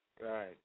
Right